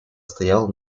стояла